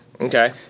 Okay